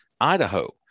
Idaho